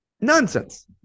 nonsense